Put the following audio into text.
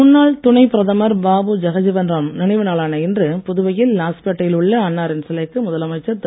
முன்னாள் துணைப் பிரதமர் பாபு ஜகஜீவன் ராம் நினைவுநாளான இன்று புதுவையில் லாஸ்பேட்டையில் உள்ள அன்னாரின் சிலைக்கு முதலமைச்சர் திரு